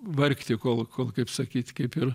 vargti kol kol kaip sakyt kaip ir